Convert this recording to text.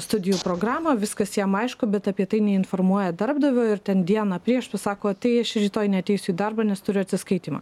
studijų programą viskas jam aišku bet apie tai neinformuoja darbdavio ir ten dieną prieš pasako tai aš rytoj neateisiu į darbą nes turiu atsiskaitymą